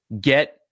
get